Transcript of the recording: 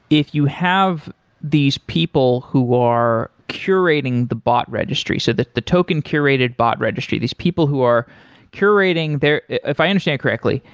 if you have these people who are curating the bot registry so that the token curated bot registry, these people who are curating there if i understand correctly,